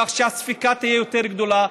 כך שהספיקה תהיה יותר גדולה,